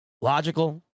logical